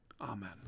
Amen